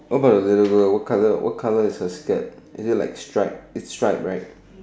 what about the little girl what colour what colour is her skirt is it like stripe is stripe right